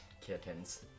kittens